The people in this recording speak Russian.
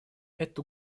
это